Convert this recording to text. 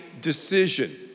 decision